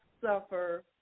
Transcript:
suffer